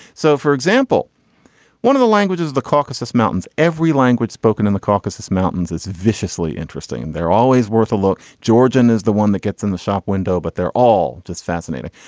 so for example one of the languages the caucasus mountains every language spoken in the caucasus mountains is viciously interesting and they're always worth a look. georgian is the one that gets in the shop window but they're all just fascinating.